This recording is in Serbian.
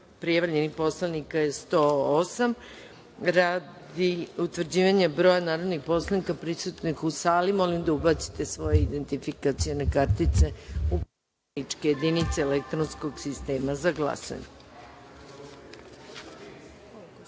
108 narodnih poslanika. Radi utvrđivanja broja narodnih poslanika prisutnih u sali, molim vas da ubacite svoje identifikacione kartice u poslaničke jedinice elektronskog sistema za